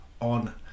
on